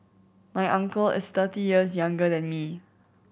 my uncle is thirty years younger than me